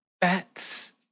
bats